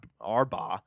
Arba